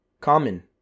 common